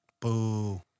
Boo